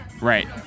Right